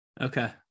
Okay